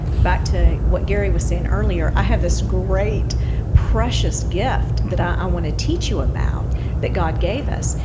back to what gary was saying earlier, i have this great precious gift that i want to teach you about that god gave us.